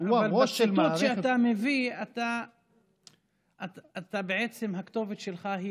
אבל בציטוט שאתה מביא בעצם הכתובת שלך היא